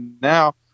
now